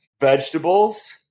vegetables